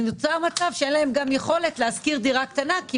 נוצר מצב שאין להם גם יכולת לשכור דירה קטנה כי